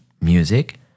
music